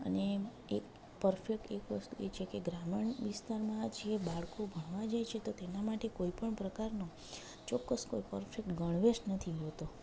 અને એક પરફેકટલી એક વસ્તુ એ છે કે ગ્રામીણ વિસ્તારમાં જે બાળકો ભણવા જાય છે તો તેના માટે કોઈ પણ પ્રકારનો ચોક્કસ કોઈ પરફેક્ટ ગણવેશ નથી હોતો